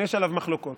יש עליו מחלוקות.